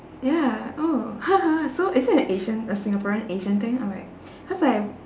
ya oh so is it an asian a singaporean asian thing or like cause like